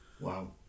Wow